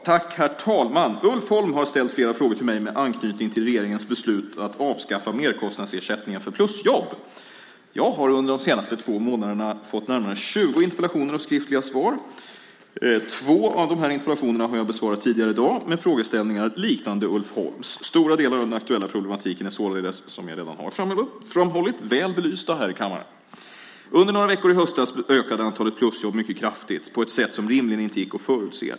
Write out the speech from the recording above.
Herr talman! Ulf Holm har ställt flera frågor till mig med anknytning till regeringens beslut att avskaffa merkostnadsersättningen för plusjobb. Jag har under de senaste två månaderna fått närmare tjugo interpellationer och skriftliga frågor - två av interpellationerna har jag besvarat tidigare i dag - med frågeställningar liknande Ulf Holms. Stora delar av den aktuella problematiken är således, som jag redan framhållit, väl belysta här i kammaren. Under några veckor i höstas ökade antalet plusjobb mycket kraftigt och på ett sätt som rimligen inte gick att förutse.